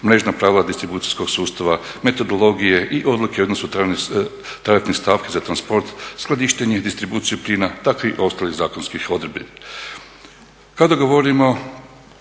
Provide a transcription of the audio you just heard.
mrežna pravila distribucijskog sustava, metodologije i odluke … stavki za transport, skladištenje i distribuciju plina takvih ostalih zakonskih odredbi.